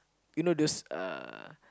you know those uh